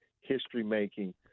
history-making